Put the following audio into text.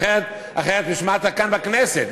אחרת בשביל מה אתה כאן בכנסת?